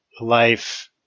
life